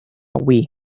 wii